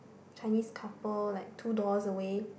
Chinese couple like two doors away